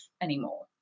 anymore